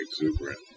exuberant